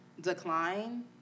decline